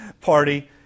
party